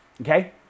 Okay